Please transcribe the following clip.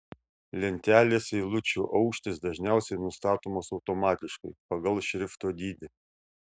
lentelės eilučių aukštis dažniausiai nustatomas automatiškai pagal šrifto dydį